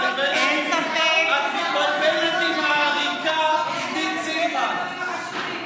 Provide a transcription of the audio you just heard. מירי, את מתבלבלת עם העריקה עידית סילמן.